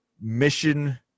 Mission